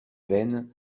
vaine